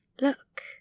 Look